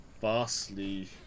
vastly